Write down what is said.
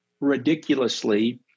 ridiculously